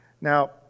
Now